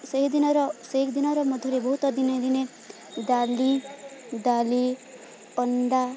ସେହିଦିନର ସେଇଦିନର ମଧ୍ୟରେ ବହୁତ ଦିନେ ଦିନେ ଡାଲି ଡାଲି ଅଣ୍ଡା